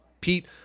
Pete